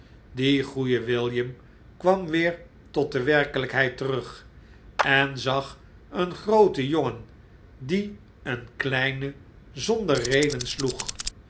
die goeie william kwam weer tot de werkelijkheid terug en zag een grooten jongen die een kleine zonder reden sloeg